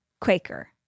Quaker